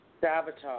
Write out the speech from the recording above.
Sabotage